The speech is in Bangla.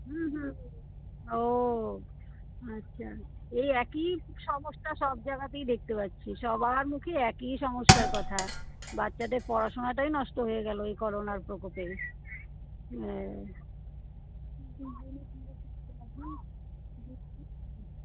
হুম হুম ও আচ্ছা এই একই সমস্যা সব জায়গাতেই দেখতে পাচ্ছি সবার মুখে একই সমস্যার কথা বাচ্চাদের পড়াশোনাটাই নষ্ট হয়ে গেলো এই করোনার প্রকোপে হ্যাঁ